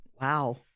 Wow